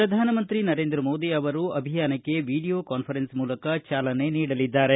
ಪ್ರಧಾನಮಂತ್ರಿ ನರೇಂದ್ರ ಮೋದಿ ಅವರು ಅಭಿಯಾನಕ್ಕೆ ವಿಡಿಯೋ ಕಾನ್ವರೆನ್ಸ್ ಮೂಲಕ ಚಾಲನೆ ನೀಡಲಿದ್ದಾರೆ